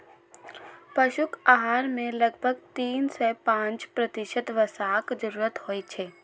पशुक आहार मे लगभग तीन सं पांच प्रतिशत वसाक जरूरत होइ छै